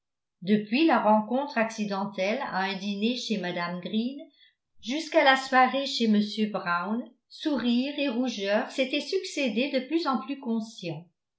depuis la rencontre accidentelle à un dîner chez mme green jusqu'à la soirée chez m brown sourires et rougeurs s'étaient succédé de plus en plus conscients